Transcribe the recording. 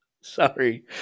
Sorry